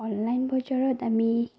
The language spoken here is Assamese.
অনলাইন বজাৰত আমি